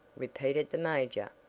repeated the major,